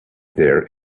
there